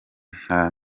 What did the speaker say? nta